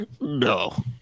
No